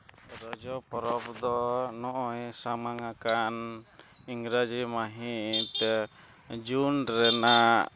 ᱨᱚᱡᱚ ᱯᱚᱨᱚᱵᱽ ᱫᱚ ᱱᱚᱜᱼᱚᱸᱭ ᱥᱟᱢᱟᱝ ᱟᱠᱟᱱ ᱤᱝᱨᱮᱡᱤ ᱢᱟᱹᱦᱤᱛ ᱡᱩᱱ ᱨᱮᱱᱟᱜ